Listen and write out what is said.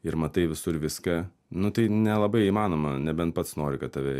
ir matai visur viską nu tai nelabai įmanoma nebent pats nori kad tave